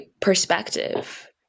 perspective